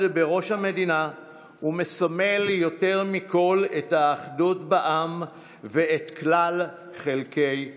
בראש המדינה ומסמל יותר מכול את האחדות בעם ואת כלל חלקי העם.